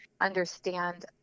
understand